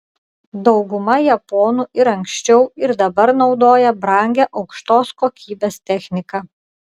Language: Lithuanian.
dauguma japonų ir anksčiau ir dabar naudoja brangią aukštos kokybės techniką